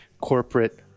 corporate